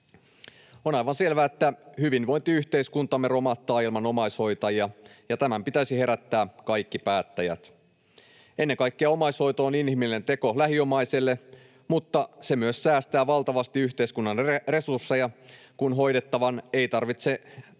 On aivan selvää, että hyvinvointiyhteiskuntamme romahtaa ilman omaishoitajia, ja tämän pitäisi herättää kaikki päättäjät. Ennen kaikkea omaishoito on inhimillinen teko lähiomaiselle, mutta se myös säästää valtavasti yhteiskunnan resursseja, kun hoidettava ei tarvitse niin